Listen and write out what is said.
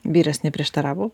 vyras neprieštaravo